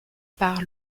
par